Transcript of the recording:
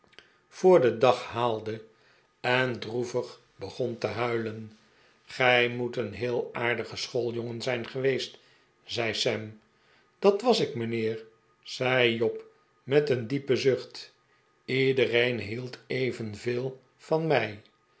voor den dag haalde en droevig begon te huilen gij moet een heel aardige schooljongen zijn geweest zei sam dat was ik mijnheer zei job met een diepen zucht iedereen hield evenveel van mij